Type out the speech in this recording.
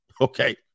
Okay